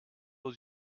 aux